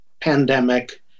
pandemic